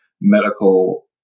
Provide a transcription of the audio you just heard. medical